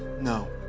no.